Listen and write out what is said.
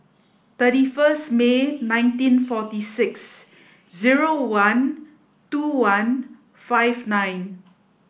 thirty first May nineteen forty six zero one two one five nine